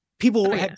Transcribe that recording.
People